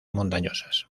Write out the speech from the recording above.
montañosas